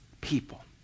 people